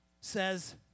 says